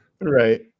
Right